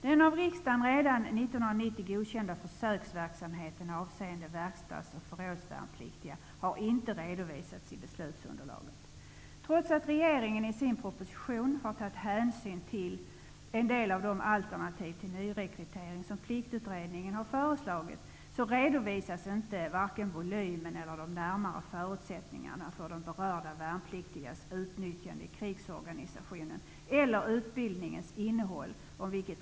Den av riksdagen redan 1990 godkända försöksverksamheten avseende verkstads och förrådsvärnpliktiga har inte redovisats i beslutsunderlaget. Trots att regeringen i sin proposition har tagit hänsyn till en del av de alternativ till nyrekrytering som Pliktutredningen har föreslagit, redovisas varken volymen eller de närmare förutsättningarna för de berörda värnpliktigas utnyttjande i krigsorganisationen eller utbildningens innehåll.